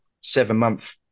seven-month